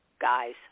Guys